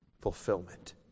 Fulfillment